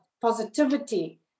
positivity